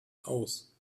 aus